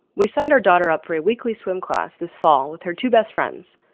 we signed our daughter up for a weekly swim class this fall with her two best friends.